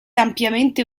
ampiamente